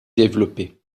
développées